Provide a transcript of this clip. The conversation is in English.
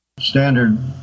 standard